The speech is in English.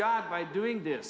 got by doing this